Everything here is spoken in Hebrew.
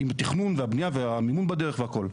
עם התכנון והבניה והמימון בדרך והכל.